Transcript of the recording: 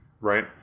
Right